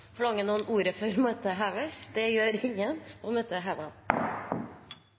Forlanger noe ordet før møtet heves? – Møtet er